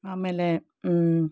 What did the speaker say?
ಆಮೆಲೇ